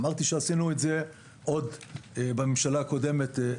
אמרתי שעשינו את זה עוד בממשלה הקודמת,